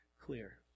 clear